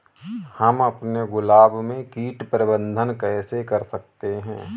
हम अपने गुलाब में कीट प्रबंधन कैसे कर सकते है?